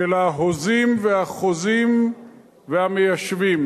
של ההוזים והחוזים והמיישבים,